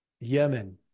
Yemen